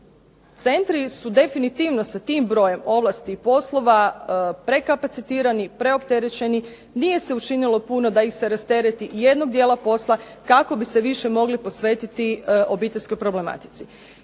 Centri su definitivno sa tim brojem ovlasti, poslova prekapacitirani, preopterećeni, nije se učinilo puno da ih se rastereti jednog dijela posla kako bi se više mogli posvetiti obiteljskoj problematici.